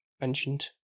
mentioned